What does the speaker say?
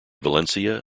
valencia